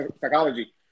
psychology